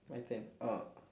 my turn uh